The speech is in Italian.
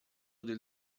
del